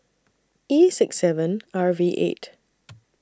E six seven R V eight